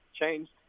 changed